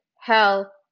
hell